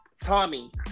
Tommy